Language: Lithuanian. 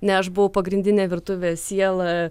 ne aš buvau pagrindinė virtuvės siela